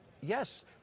Yes